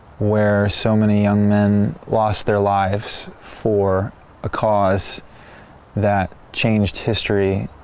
where so many young men lost their lives for a cause that changed history,